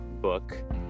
book